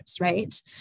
right